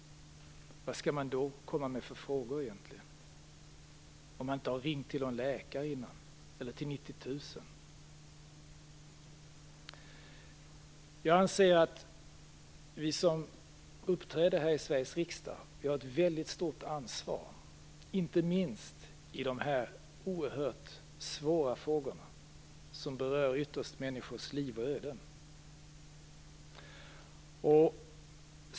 Vad skall man då komma med för frågor egentligen? Skall man fråga om man inte har ringt till någon läkare innan, eller till Jag anser att vi som uppträder här i Sveriges riksdag har ett väldigt stort ansvar, inte minst i dessa oerhört svåra frågor som ytterst berör människors liv och öden.